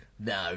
No